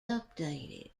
updated